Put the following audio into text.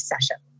session